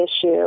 issue